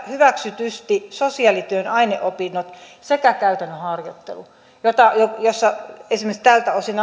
hyväksytysti sosiaalityön aineopinnot sekä käytännön harjoittelu esimerkiksi tältä osin